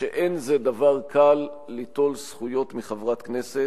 שאין זה דבר קל ליטול זכויות מחברת הכנסת,